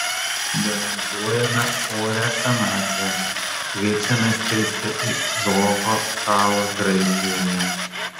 garantuojame orią senatvę kviečiame skristi į zuoko salą graikijoje